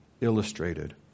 illustrated